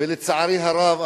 ולצערי הרב,